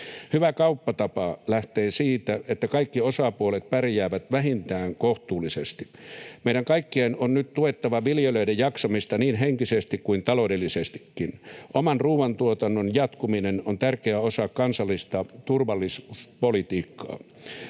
Hyvä kauppatapa lähtee siitä, että kaikki osapuolet pärjäävät vähintään kohtuullisesti. Meidän kaikkien on nyt tuettava viljelijöiden jaksamista niin henkisesti kuin taloudellisestikin. Oman ruuantuotannon jatkuminen on tärkeä osa kansallista turvallisuuspolitiikkaa.